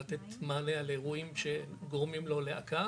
על מנת לתת מענה לאירועים שגורמים לו לעקה,